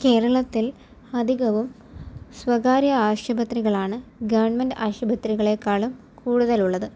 കേരളത്തിൽ അധികവും സ്വകാര്യ ആശുപത്രികളാണ് ഗവൺമെൻറ്റ് ആശുപത്രികളെക്കാളും കൂടുതലുള്ളത്